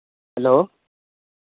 hello